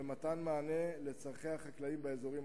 ולתת מענה על צורכי החקלאים באזורים